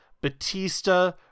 Batista